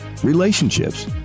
relationships